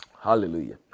Hallelujah